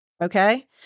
Okay